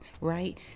right